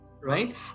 Right